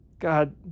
God